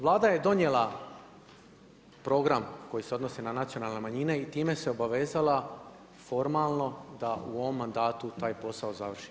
Vlada je donijela program koji se odnosi na nacionalne manjine i time se obavezala formalno da u ovom mandatu taj posao završi.